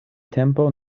tempo